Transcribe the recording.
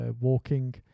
walking